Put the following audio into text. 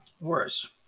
worse